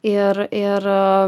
ir ir